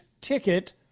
ticket